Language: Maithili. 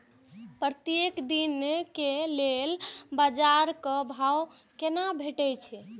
प्रत्येक दिन के लेल बाजार क भाव केना भेटैत?